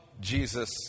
Jesus